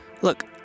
Look